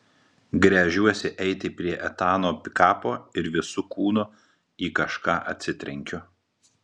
gręžiuosi eiti prie etano pikapo ir visu kūnu į kažką atsitrenkiu